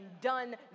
done